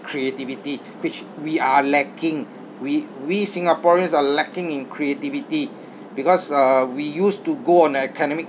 creativity which we are lacking we we singaporeans are lacking in creativity because uh we used to go on academic